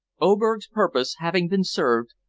oberg's purpose having been served,